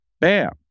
Bam